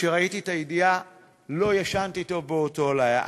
כשראיתי את הידיעה לא ישנתי טוב באותו לילה.